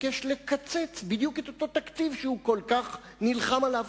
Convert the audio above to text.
מבקש לקצץ בדיוק את אותו תקציב שהוא כל כך נלחם עליו.